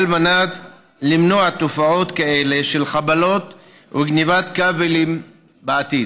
מנת למנוע תופעות כאלה של חבלות וגנבת כבלים בעתיד.